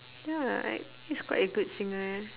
ya I he's quite a good singer